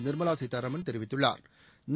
நிா்மலா சீதாராமன் தெரிவித்துள்ளாா்